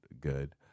good